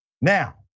Now